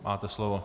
Máte slovo.